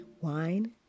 Wine